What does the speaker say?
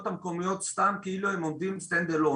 המקומיות סתם כאילו הם עומדים stand alone,